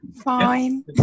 fine